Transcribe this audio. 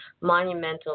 Monumental